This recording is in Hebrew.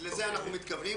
לזה אנחנו מתכוונים.